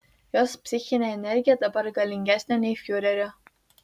jos psichinė energija dabar galingesnė nei fiurerio